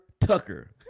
Tucker